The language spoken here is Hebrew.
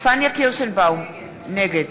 פניה קירשנבאום, נגד